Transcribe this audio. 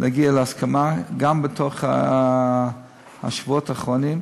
להגיע להסכמה גם בשבועות האחרונים.